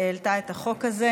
שהעלתה את הצעת החוק הזאת.